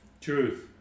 truth